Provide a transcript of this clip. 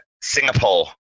Singapore